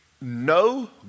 No